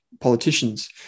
politicians